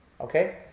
Okay